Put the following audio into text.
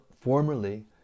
formerly